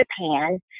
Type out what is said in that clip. Japan